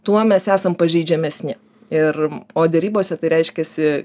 tuo mes esam pažeidžiamesni ir o derybose tai reiškiasi